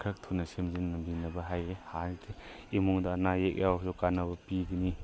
ꯈꯔ ꯊꯨꯅ ꯁꯦꯝꯖꯤꯟꯅꯕꯤꯅꯕ ꯍꯥꯏꯌꯦ ꯍꯥꯏꯗꯤ ꯏꯃꯨꯡꯗ ꯑꯅꯥ ꯑꯌꯦꯛ ꯌꯥꯎꯔꯁꯨ ꯀꯥꯟꯅꯕ ꯄꯤꯒꯅꯤ